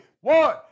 one